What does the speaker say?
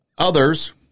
Others